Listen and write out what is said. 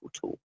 tool